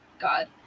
God